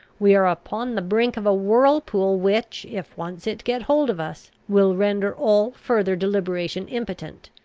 we are upon the brink of a whirlpool which, if once it get hold of us, will render all further deliberation impotent.